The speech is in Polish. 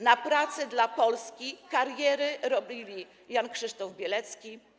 Na pracy dla Polski karierę zrobił Jan Krzysztof Bielecki.